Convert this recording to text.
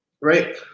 Right